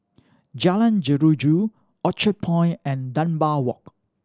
Jalan Jeruju Orchard Point and Dunbar Walk